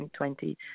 2020